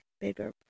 bigger